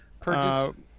Purchase